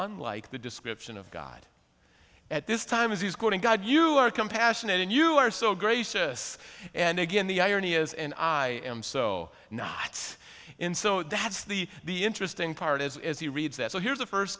unlike the description of god at this time as he's going god you are compassionate and you are so gracious and again the irony is and i am so not in so that's the the interesting part is he reads that so here's the first